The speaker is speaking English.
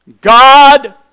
God